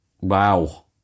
wow